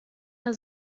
der